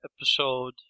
episode